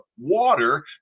water